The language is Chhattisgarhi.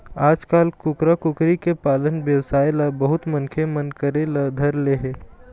आजकाल कुकरा, कुकरी के पालन बेवसाय ल बहुत मनखे मन करे ल धर ले हे